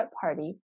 party